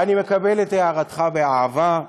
אני מקבל את הערתך באהבה.